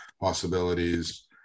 possibilities